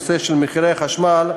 הנושא של מחירי החשמל,